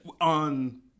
On